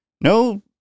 No